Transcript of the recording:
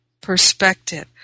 perspective